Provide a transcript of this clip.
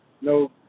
no